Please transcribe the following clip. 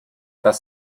das